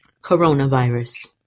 Coronavirus